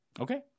Okay